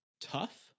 tough